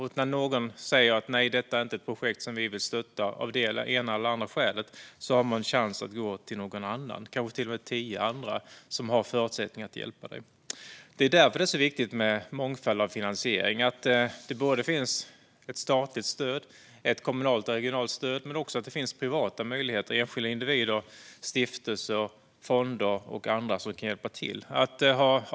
Om någon säger att detta inte är ett projekt denna vill stötta av det ena eller det andra skälet kan man gå till en annan, eller till tio andra, som har förutsättningar att ge hjälp. Detta är varför det är så viktigt med en mångfald i finansieringen. Det ska finnas ett statligt stöd, ett kommunalt stöd, ett regionalt stöd och privata möjligheter i form av enskilda individer, stiftelser, fonder och andra som kan hjälpa till.